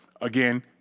again